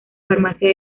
farmacia